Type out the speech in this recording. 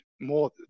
more